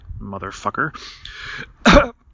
motherfucker